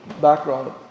background